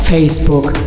Facebook